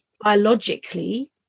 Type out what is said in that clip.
biologically